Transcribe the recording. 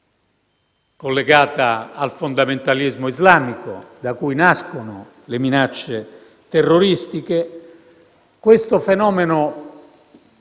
collegata al fondamentalismo islamico, da cui nascono le minacce terroristiche, va contrastato